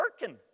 working